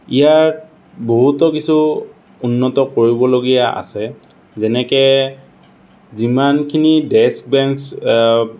ইয়াত বহুতো কিছু উন্নত কৰিবলগীয়া আছে যেনেকৈ যিমানখিনি ডেস্ক বেঞ্চ